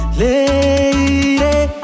lady